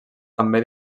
també